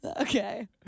Okay